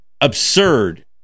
absurd